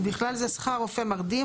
ובכלל זה שכר רופא מרדים,